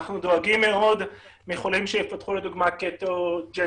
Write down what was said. אנחנו דואגים מאוד מחולים שיפתחו לדוגמה קטו-ג'נסיס,